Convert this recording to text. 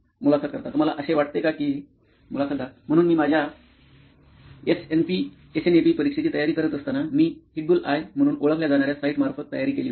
मुलाखत कर्ता तुम्हाला असे वाटते का की मुलाखतदार म्हणून मी माझ्या एसएनएपी परीक्षेची तयारी करत असताना मी हिट बुल आइ म्हणून ओळखल्या जाणाऱ्या साइटमार्फत तयारी केली होती